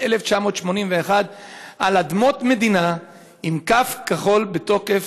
1981 על אדמות מדינה עם קו כחול בתוקף,